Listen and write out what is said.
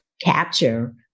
capture